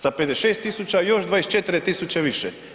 Sa 56 tisuća, još 24 tisuće više.